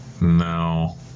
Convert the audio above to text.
No